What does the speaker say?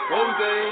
Jose